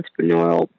entrepreneurial